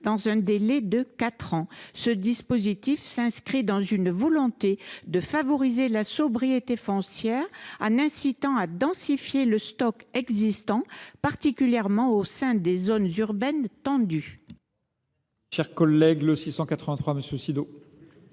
dans un délai de quatre ans. Ce dispositif s’inscrit dans une volonté de favoriser la sobriété foncière en incitant à densifier le stock existant, particulièrement au sein des zones urbaines tendues.